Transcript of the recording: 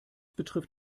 betrifft